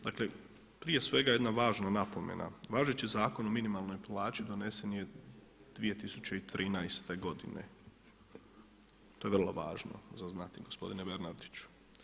Dakle, prije svega jedna važna napomena, važeći Zakon o minimalnoj plaći donesen je 2013. godine, to je vrlo važno za znati gospodine Bernardiću.